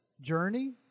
journey